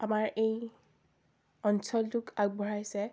আমাৰ এই অঞ্চলটোক আগবঢ়াইছে